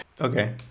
Okay